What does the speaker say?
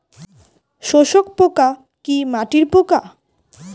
শোষক পোকা কি মাটির পোকা?